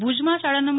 ભુજમાં શાળા નં